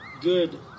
good